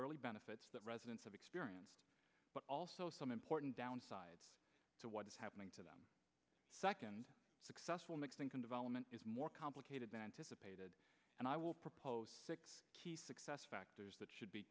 early benefits that residents of experience but also some important downsides to what is happening to them second successful mixing can development is more complicated than anticipated and i will propose success factors that should be